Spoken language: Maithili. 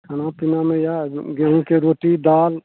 खाना पीनामे या गेहूॅंके रोटी दालि